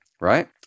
Right